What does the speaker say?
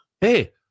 Hey